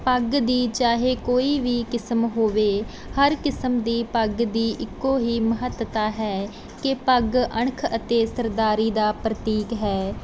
ਪੱਗ ਦੀ ਚਾਹੇ ਕੋਈ ਵੀ ਕਿਸਮ ਹੋਵੇ ਹਰ ਕਿਸਮ ਦੀ ਪੱਗ ਦੀ ਇੱਕੋ ਹੀ ਮਹੱਤਤਾ ਹੈ ਕਿ ਪੱਗ ਅਣਖ ਅਤੇ ਸਰਦਾਰੀ ਦਾ ਪ੍ਰਤੀਕ ਹੈ